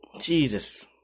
Jesus